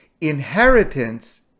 inheritance